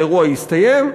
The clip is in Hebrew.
האירוע הסתיים,